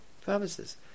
promises